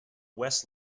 west